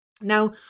Now